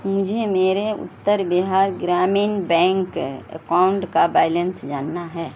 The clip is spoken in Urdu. مجھے میرے اتر بہار گرامین بینک اکاؤنٹ کا بیلنس جاننا ہے